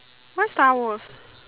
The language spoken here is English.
why Star Wars